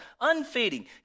unfading